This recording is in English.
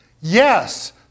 yes